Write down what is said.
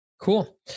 Cool